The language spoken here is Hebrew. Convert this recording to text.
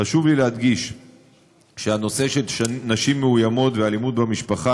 חשוב לי להדגיש שהנושא של נשים מאוימות ואלימות במשפחה,